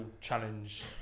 challenge